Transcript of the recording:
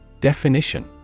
Definition